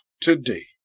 today